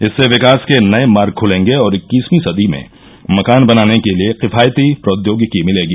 इससे विकास के नये मार्ग खुलेंगे और इक्कीसवीं सदी में मकान बनाने के लिए किफायती प्रौद्योगिकी मिलेगी